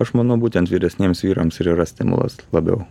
aš manau būtent vyresniems vyrams ir yra stimulas labiau